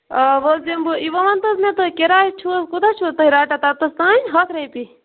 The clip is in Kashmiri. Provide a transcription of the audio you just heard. آ وونۍ حظ یِمہ بہٕ وۄنۍں وَن تہ حظ مےٚ تُہۍ کراے چھو کوتاہ چھو تُہۍ رَٹان توٚتتھ تانۍ ہتھ رۄپیہ